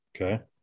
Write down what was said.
Okay